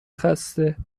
خسته